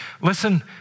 Listen